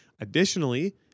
Additionally